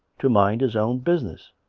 to mind his own business.